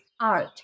art